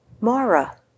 Mara